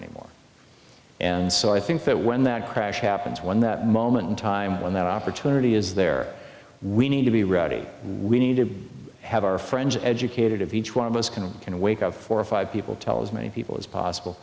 anymore and so i think that when that crash happens when that moment in time when that opportunity is there we need to be ready we need to have our friends educated of each one of us can we can wake up four or five people tell as many people as possible